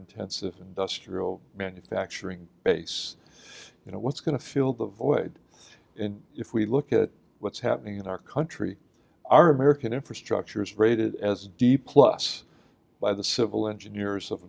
intensive industrial manufacturing base you know what's going to fill the void and if we look at what's happening in our country our american infrastructure is rated as a d plus by the civil engineers of